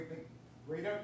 great